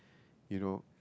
you know